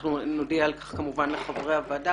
אנחנו נודיע על כך לחברי הוועדה.